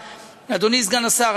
אדוני סגן השר,